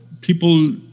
people